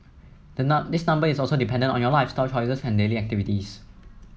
the this number is also dependent on your lifestyle choices and daily activities